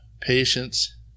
patience